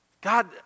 God